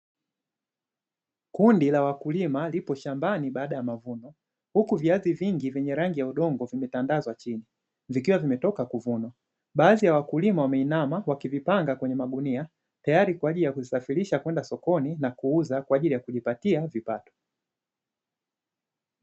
Kundi la wakulima lipo shambani baada ya mavuno, huku viazi vingi vyenye rangi ya udongo vimetandazwa chini, vikiwa vimetoka kuvunwa baadhi ya wakulima wameinama wakivipanga kwenye magunia, tayari kwa ajili ya kuvisafirisha kwenda sokoni na kuuza kwa ajili ya kujipatia kipato.